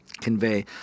convey